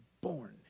born